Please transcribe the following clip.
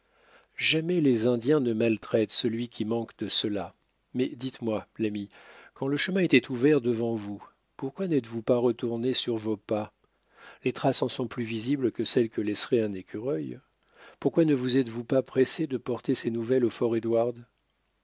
jamais les indiens ne maltraitent celui qui manque de cela mais dites-moi l'ami quand le chemin était ouvert devant vous pourquoi n'êtes-vous pas retourné sur vos pas les traces en sont plus visibles que celles que laisserait un écureuil pourquoi ne vous êtes-vous pas pressé de porter ces nouvelles au